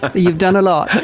ah you've done a lot!